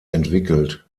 entwickelt